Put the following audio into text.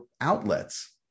outlets